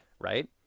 right